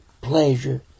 pleasure